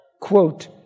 quote